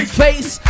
face